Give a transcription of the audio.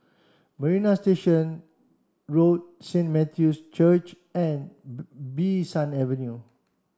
Marina Station Road Saint Matthew's Church and Bee San Avenue